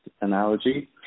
analogy